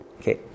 Okay